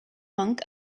monk